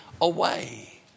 away